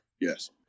Yes